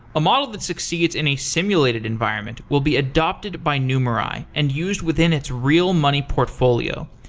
a model that succeeds in a simulated environment will be adopted by numerai and used within its real money portfolio.